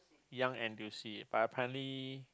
Young N_T_U_C but apparently